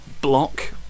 block